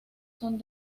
son